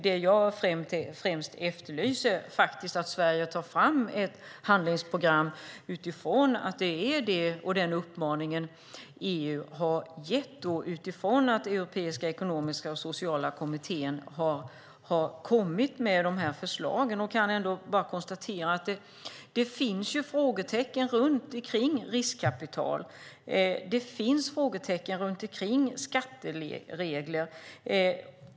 Det jag efterlyser är att Sverige tar fram ett handlingsprogram med anledning av den uppmaning som EU har gett efter att Europeiska ekonomiska och sociala kommittén kom med de här förslagen. Det finns frågetecken när det gäller riskkapital. Det finns frågetecken när det gäller skatteregler.